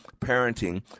Parenting